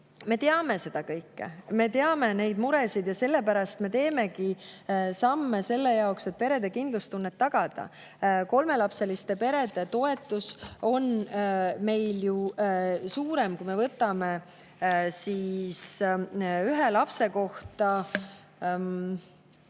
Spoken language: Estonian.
Me teame seda kõike. Me teame neid muresid ja sellepärast me teemegi samme selle jaoks, et perede kindlustunnet tagada. Kolmelapseliste perede toetus on meil ju suurem, kui me võtame ühe lapse kohta.